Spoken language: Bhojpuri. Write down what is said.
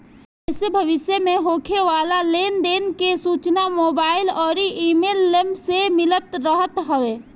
एसे भविष्य में होखे वाला लेन देन के सूचना मोबाईल अउरी इमेल से मिलत रहत हवे